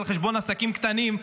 על חשבון עסקים קטנים,